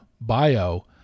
bio